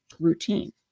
routine